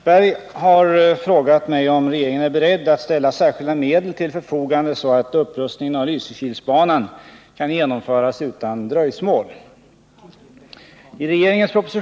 Herr talman! Karl-Erik Svartberg har frågat mig om regeringen är beredd att ställa särskilda medel till förfogande, så att upprustningen av Lysekilsbanan kan genomföras utan dröjsmål.